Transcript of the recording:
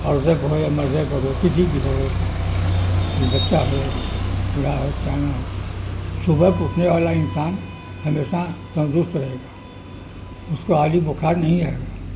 بھی ہو بچہ ہو بڑا ہو سیانا ہو صبح کو اٹھنے والا انسان ہمیشہ تندرست رہے گا اس کو آدی بخار نہیں آئے گا